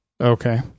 Okay